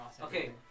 Okay